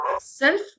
self